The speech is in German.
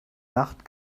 nacht